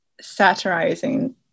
satirizing